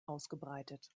ausgebreitet